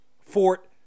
Fort